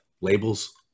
Labels